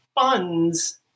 funds